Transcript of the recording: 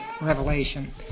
revelation